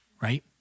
right